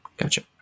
Gotcha